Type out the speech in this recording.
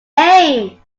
aim